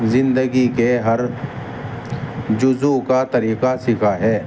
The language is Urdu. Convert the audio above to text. زندگی کے ہر جزو کا طریقہ سیکھا ہے